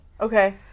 Okay